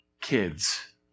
kids